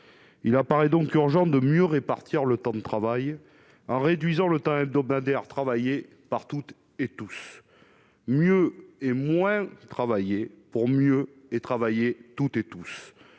il apparaît donc urgent de mieux répartir le temps de travail en réduisant le temps hebdomadaire travaillées par toutes et tous, mieux et moins travailler pour mieux et travailler toutes et tous